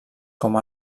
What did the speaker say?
com